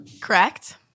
Correct